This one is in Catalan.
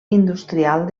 industrial